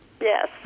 yes